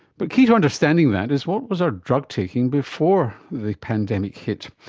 but key to understanding that is what was our drugtaking before the pandemic hit?